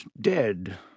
dead